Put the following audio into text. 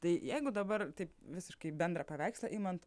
tai jeigu dabar taip visiškai bendrą paveikslą imant